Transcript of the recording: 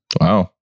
Wow